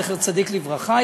זכר צדיק לברכה,